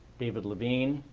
david levine.